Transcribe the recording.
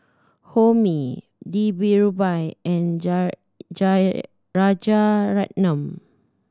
Homi Dhirubhai and Rajaratnam